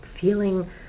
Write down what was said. feeling